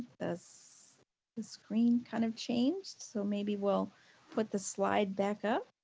this this screen kind of changed so maybe we'll put the slide back up.